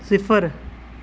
सिफर